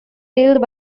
killed